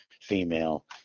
female